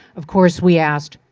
of course, we asked,